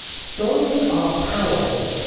stories are powerful.